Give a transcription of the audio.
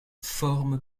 forme